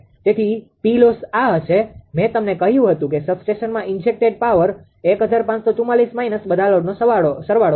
તેથી 𝑃𝑙𝑜𝑠𝑠 આ હશે મે તમને કહ્યું હતું કે સબસ્ટેશનમાં ઇન્જેક્ટેડ પાવર 1544 માઈનસ બધા લોડનો સરવાળો હશે